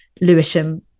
Lewisham